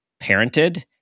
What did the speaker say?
parented